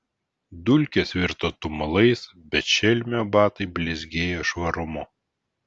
dulkės virto tumulais bet šelmio batai blizgėjo švarumu